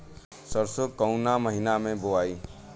सरसो काउना महीना मे बोआई?